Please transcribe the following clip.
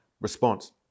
response